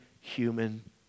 human